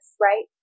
right